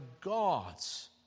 God's